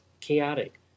chaotic